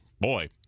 Boy